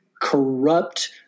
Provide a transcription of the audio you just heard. Corrupt